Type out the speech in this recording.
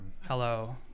Hello